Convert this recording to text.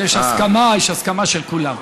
יש הסכמה, יש הסכמה של כולם.